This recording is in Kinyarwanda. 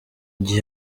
gihe